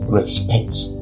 respects